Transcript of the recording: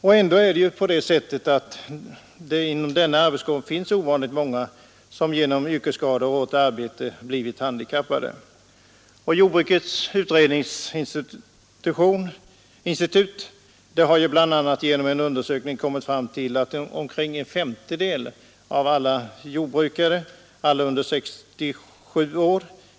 Och ändock är det ju så att det inom denna arbetskår finns ovanligt många genom yrkesskador och hårt arbete handikappade personer. Jordbrukets utredningsinstitut har bl.a. genom en undersökning kommit fram till att omkring en femtedel av samtliga jordbrukare lider av handikapp.